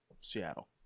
Seattle